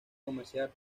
comercial